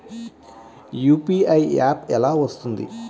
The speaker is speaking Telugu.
యూ.పీ.ఐ యాప్ ఎలా వస్తుంది?